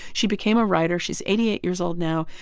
she became a writer. she's eighty eight years old now.